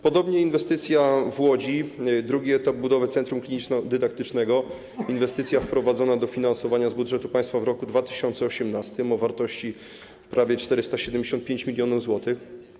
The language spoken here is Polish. Podobnie inwestycja w Łodzi, drugi etap budowy centrum kliniczno-dydaktycznego, inwestycja wprowadzona do finansowania z budżetu państwa w roku 2018, o wartości prawie 475 mln zł.